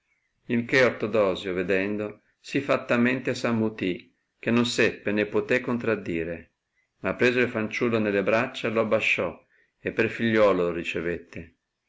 il che ortodosio vedendo sì fattamente s'ammutì che non seppe né puote contradire ma preso il fanciullo nelle braccia lo basciò e per figliuolo lo ricevette